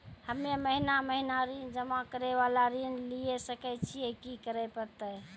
हम्मे महीना महीना ऋण जमा करे वाला ऋण लिये सकय छियै, की करे परतै?